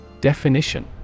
Definition